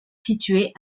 située